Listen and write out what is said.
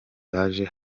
baje